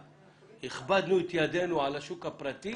הכבדנו את ידנו על השוק הפרטי